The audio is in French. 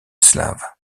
slave